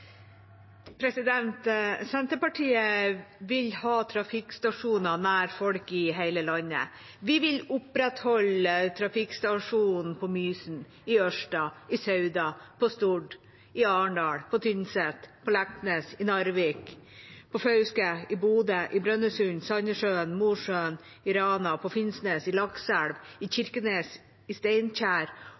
Senterpartiet vil ha trafikkstasjoner nær folk i hele landet. Vi vil opprettholde trafikkstasjonene på Mysen, i Ørsta, i Sauda, på Stord, i Arendal, på Tynset, på Leknes, i Narvik, på Fauske, i Bodø, i Brønnøysund, i Sandnessjøen, i Mosjøen, i Rana, på Finnsnes, i Lakselv, i Kirkenes, i